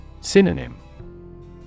Synonym